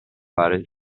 fare